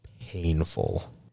painful